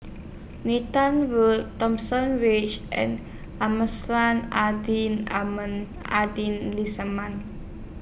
Nathan Road Thomson Ridge and Islamiah